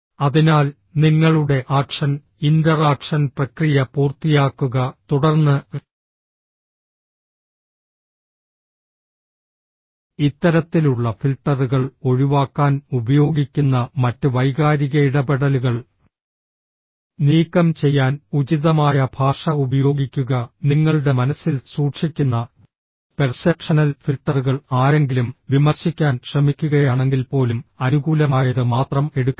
അതിനാൽ നിങ്ങളുടെ action interaction പ്രക്രിയ പൂർത്തിയാക്കുക തുടർന്ന് ഇത്തരത്തിലുള്ള ഫിൽട്ടറുകൾ ഒഴിവാക്കാൻ ഉപയോഗിക്കുന്ന മറ്റ് വൈകാരിക ഇടപെടലുകൾ നീക്കം ചെയ്യാൻ ഉചിതമായ ഭാഷ ഉപയോഗിക്കുക നിങ്ങളുടെ മനസ്സിൽ സൂക്ഷിക്കുന്ന പെർസെപ്ഷനൽ ഫിൽട്ടറുകൾ ആരെങ്കിലും വിമർശിക്കാൻ ശ്രമിക്കുകയാണെങ്കിൽപ്പോലും അനുകൂലമായത് മാത്രം എടുക്കരുത്